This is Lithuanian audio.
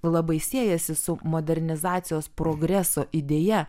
labai siejasi su modernizacijos progreso idėja